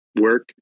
work